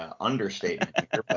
understatement